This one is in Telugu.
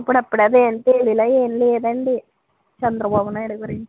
ఇప్పుడప్పుడే అదేం తేలేలా ఏం లేదండి చంద్రబాబు నాయుడు గురించి